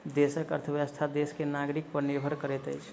देशक अर्थव्यवस्था देश के नागरिक पर निर्भर करैत अछि